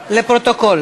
תודה, רבותי.